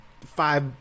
five